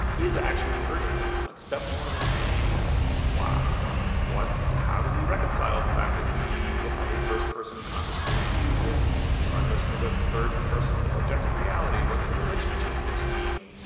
is actually an urgent one. like step one is saying, wow, like what? how do we reconcile the fact that we have a first person conscious point of view with our notion of a third person objective reality? what's the relationship between,